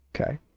Okay